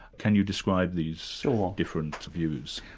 can you describe these so different views?